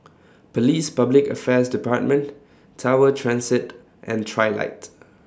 Police Public Affairs department Tower Transit and Trilight